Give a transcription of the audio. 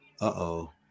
Uh-oh